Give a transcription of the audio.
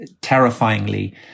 terrifyingly